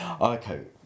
Okay